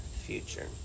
future